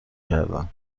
کردن